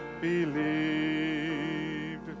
believed